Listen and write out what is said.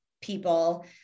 people